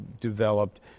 developed